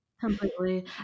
Completely